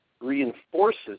reinforces